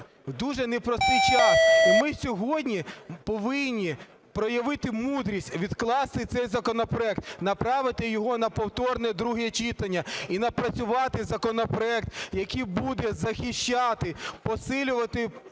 дуже непростий час. Ми сьогодні повинні проявити мудрість, відкласти цей законопроект, направити його на повторне друге читання і напрацювати законопроект, який буде захищати, посилювати